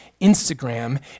Instagram